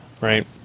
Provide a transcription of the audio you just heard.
right